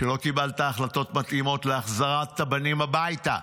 שלא קיבלת החלטות מתאימות להחזרת הבנים הביתה,